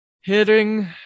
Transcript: Hitting